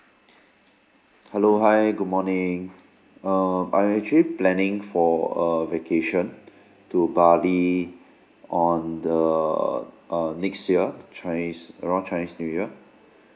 hello hi good morning um I'm actually planning for a vacation to bali on the uh next year chinese around chinese new year